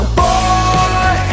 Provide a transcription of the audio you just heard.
boy